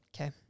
Okay